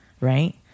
Right